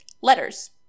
letters